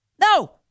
No